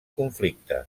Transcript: conflicte